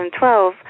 2012